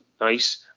nice